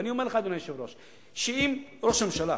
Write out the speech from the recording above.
ואני אומר לך, אדוני היושב-ראש, שאם ראש הממשלה